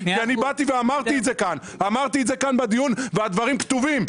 כי אמרתי את זה כאן בדיון והדברים כתובים.